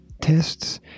Tests